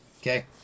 Okay